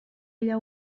allà